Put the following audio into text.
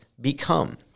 become